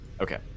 okay